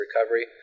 recovery